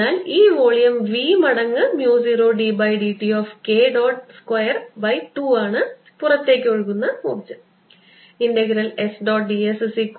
അതിനാൽ ഈ volume v മടങ്ങ് mu 0 d by d t of K dot square by 2 ആണ് പുറത്തേക്ക് ഒഴുകുന്ന ഊർജ്ജം